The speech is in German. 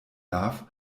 darf